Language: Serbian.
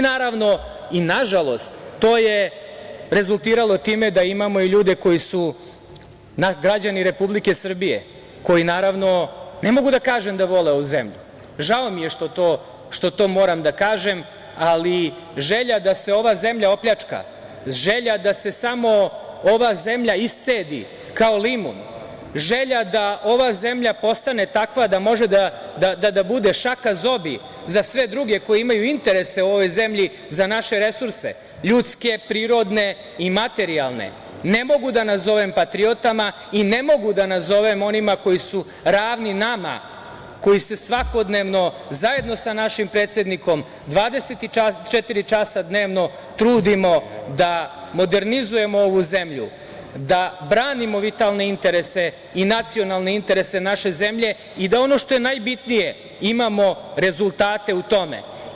Naravno i nažalost, to je rezultiralo time da imamo i ljude koji su građani Republike Srbije, koji naravno, ne mogu da kažem da vole ovu zemlju, žao mi je što to moram da kažem, ali želja da se ova zemlja opljačka, želja da se samo ova zemlja iscedi kao limun, želja da ova zemlja postane takva da može da bude šaka zobi za sve druge koji imaju interese u ovoj zemlji za naše resurse, ljudske, prirodne i materijalne, ne mogu da nazovem patriotama i ne mogu da nazovem onima koji su ravni nama koji se svakodnevno zajedno sa našim predsednikom 24 časa dnevno trudimo da modernizujemo ovu zemlju, da branimo vitalne interese i nacionalne interese naše zemlje i da ono što je najbitnije imamo rezultate u tome.